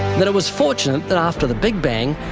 that it was fortunate that after the big bang,